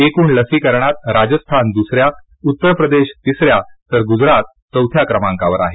एकूण लसीकरणात राजस्थान दुसऱ्या उत्तर प्रदेश तिसऱ्या तर गुजरात चौथ्या क्रमांकावर आहे